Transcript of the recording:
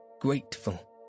grateful